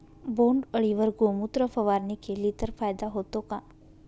बोंडअळीवर गोमूत्र फवारणी केली तर फायदा होतो का?